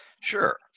Sure